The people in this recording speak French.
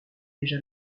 déjà